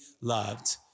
loved